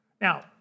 Now